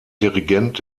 dirigent